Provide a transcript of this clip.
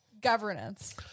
governance